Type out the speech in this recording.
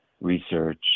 research